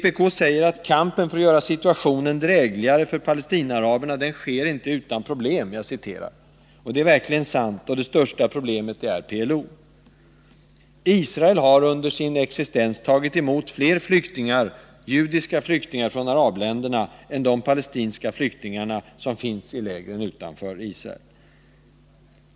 Vpk säger i motionen: ”Men kampen för att göra situationen drägligare för Palestinaaraberna sker inte utan problem.” Det är verkligen sant, och det största problemet är PLO. Israel har under sin existens tagit emot fler judiska flyktingar från arabländerna än de palestinska flyktingar som finns i lägren utanför Israel.